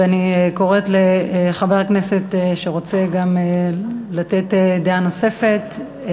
אני קוראת לחבר הכנסת שרוצה גם לתת דעה נוספת,